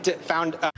found